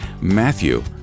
Matthew